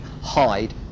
Hide